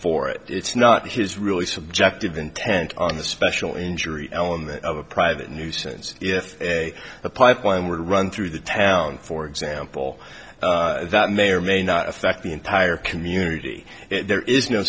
for it it's not his really subjective intent on the special injury element of a private nuisance if a pipeline were run through the town for example that may or may not affect the entire community there is no